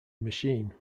machine